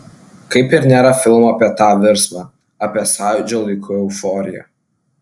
kaip ir nėra filmo apie tą virsmą apie sąjūdžio laikų euforiją